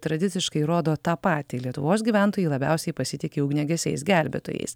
tradiciškai rodo tą patį lietuvos gyventojai labiausiai pasitiki ugniagesiais gelbėtojais